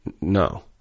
no